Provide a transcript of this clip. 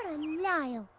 a liar!